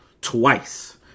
twice